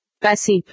Passive